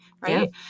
right